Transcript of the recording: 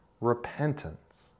repentance